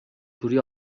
کوری